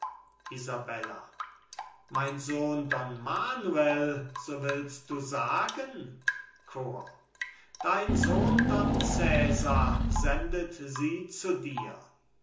mein sohn don manuel so willst du sagen chor bohemund dein sohn don cesar sendet sie dir